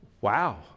wow